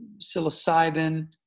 psilocybin